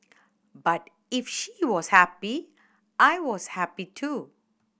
but if she was happy I was happy too